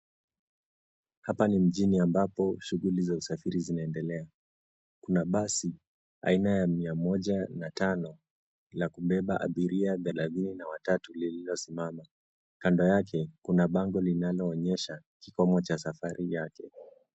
Hapa ni mjini ambapo shughuli za usafiri zinaendelea. Kuna basi aina ya mia moja na tano la kubeba abiria thelathini na watatu liliosimama. Kando yake, kuna bango linaloonyesha kikomo cha safari yake.